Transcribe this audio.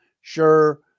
Sure